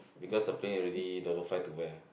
because the plane already don't know fly to where